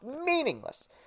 meaningless